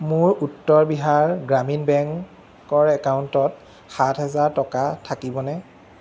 মোৰ উত্তৰ বিহাৰ গ্ৰামীণ বেংককৰ একাউণ্টত সাত হাজাৰ টকা থাকিবনে